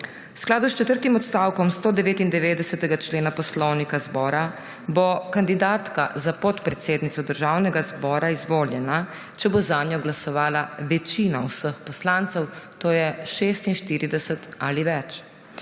skladu s četrtim odstavkom 199. člena Poslovnika Državnega zbora bo kandidatka za podpredsednico Državnega zbora izvoljena, če bo zanjo glasovala večina vseh poslancev, to je 46 ali več.